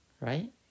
right